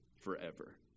forever